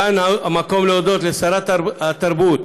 כאן המקום להודות לשרת התרבות,